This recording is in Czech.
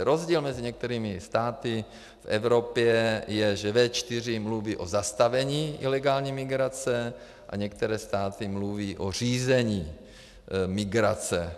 Rozdíl mezi některými státy v Evropě je, že V4 mluví o zastavení ilegální migrace a některé státy mluví o řízení migrace.